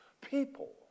People